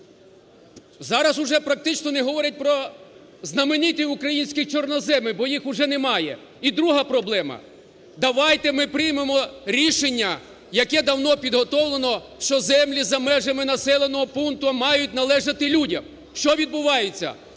Зараз уже практично не говорять про знамениті українські чорноземи, бо їх уже немає. І друга проблема. Давайте ми приймемо рішення, яке давно підготовлено, що землі за межами населеного пункту мають належати людям! Що відбувається?